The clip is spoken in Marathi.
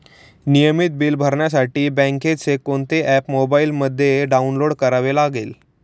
नियमित बिले भरण्यासाठी बँकेचे कोणते ऍप मोबाइलमध्ये डाऊनलोड करावे लागेल?